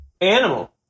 Animal